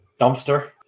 dumpster